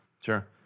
Sure